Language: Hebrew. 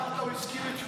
אמרת: הוא הזכיר את שמי.